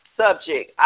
subject